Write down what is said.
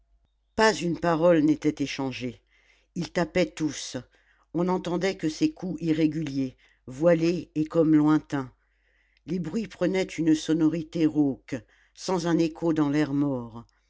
pas une parole n'était échangée ils tapaient tous on n'entendait que ces coups irréguliers voilés et comme lointains les bruits prenaient une sonorité rauque sans un écho dans l'air mort